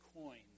coins